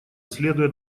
следуя